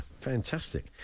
fantastic